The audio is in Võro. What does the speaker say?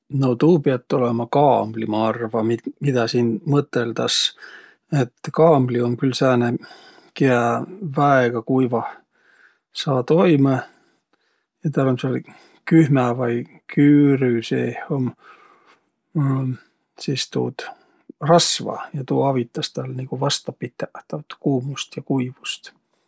No tuu piät olõma kaamli, ma arva, midä siin mõtõldas. Et kaamli um külh sääne, kiä väega kuivah saa toimõ. Ja täl um sääl kühmä vai küürü seeh um sis tuud rasva ja tuu avitas täl nigu vasta pitäq taad kuumust ja kuivust.